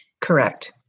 Correct